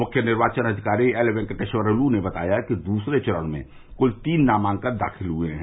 मुख्य निर्वाचन आधिकारी एल वेक्टेश्वर लू ने बताया कि दूसरे चरण में कुल तीन नामांकन दाखिल हुए हैं